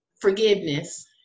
forgiveness